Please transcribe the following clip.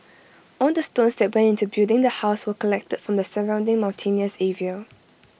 all the stones that went into building the house were collected from the surrounding mountainous area